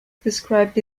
described